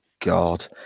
God